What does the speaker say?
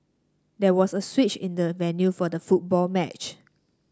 there was a switch in the venue for the football match